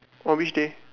on which day